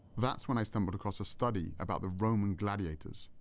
that's when i stumbled across a study about the roman gladiators.